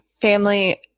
Family